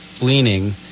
leaning